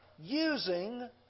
using